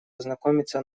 ознакомиться